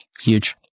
Huge